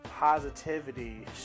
Positivity